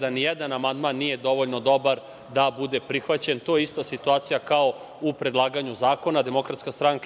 da nijedan amandman nije dovoljno dobar da bude prihvaćen. To je ista situacija kao u predlaganju zakona, DS